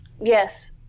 Yes